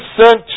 sent